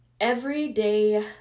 everyday